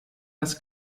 das